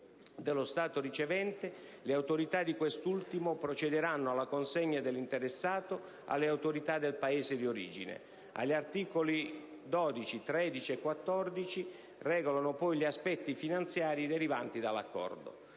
dello Stato ricevente, le autorità di quest'ultimo procederanno alla consegna dell'interessato alle autorità del Paese di origine. Gli articoli 12, 13 e 14 regolano gli aspetti finanziari derivanti dall'Accordo.